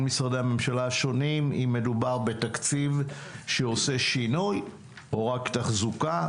משרדי הממשלה השונים אם מדובר בתקציב שעושה שינוי או רק תחזוקה,